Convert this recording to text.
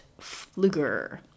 Fluger